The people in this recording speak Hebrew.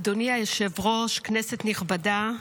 היושב-ראש, כנסת נכבדה,